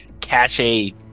cache